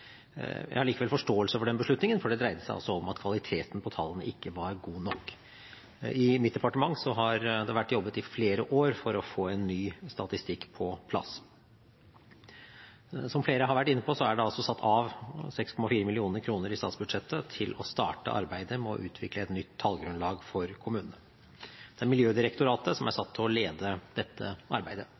Jeg har likevel forståelse for den beslutningen, for det dreide seg om at kvaliteten på tallene ikke var god nok. I mitt departement har det vært jobbet i flere år for å få en ny statistikk på plass. Som flere har vært inne på, er det satt av 6,4 mill. kr i statsbudsjettet til å starte arbeidet med å utvikle et nytt tallgrunnlag for kommunene. Det er Miljødirektoratet som er satt til å lede dette arbeidet.